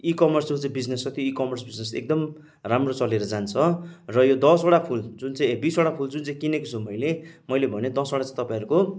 e-commerce जुन चाहिँ business छ त्यो इकमर्स बिजनेस एकदम राम्रो चलेर जान्छ र यो दसवटा फुल जुन चाहिँ ए बिसवटा फुल जुन चाहिँ किनेको छु मैले मैले भने दसवटा चाहिँ तपाईँहरूको